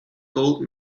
gold